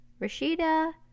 Rashida